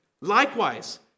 Likewise